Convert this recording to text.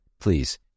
please